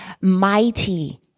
mighty